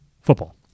football